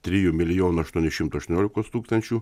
trijų milijonų aštuonių šimtų aštuoniolikos tūkstančių